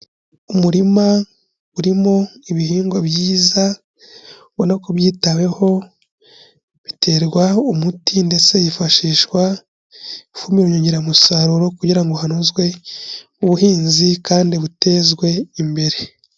umurima urimo ibihingwa byiza ubona ko kubyitaweho biterwa umuti ndetse hifashishwa ifumbire nyongeramusaruro kugira ngo hanozwe ubuhinzi kandi butezwe imbere.